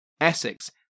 Essex